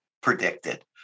predicted